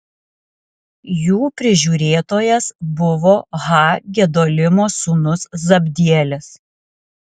jų prižiūrėtojas buvo ha gedolimo sūnus zabdielis